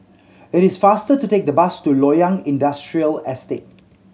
it is faster to take the bus to Loyang Industrial Estate